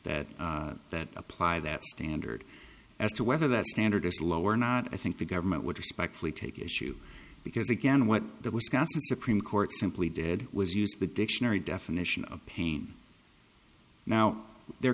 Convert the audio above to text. that that apply that standard as to whether the standard is lower or not i think the government would respectfully take issue because again what the wisconsin supreme court simply did was use the dictionary definition of pain now there